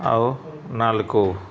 ଆଉ ନାଲକୋ